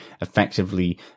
effectively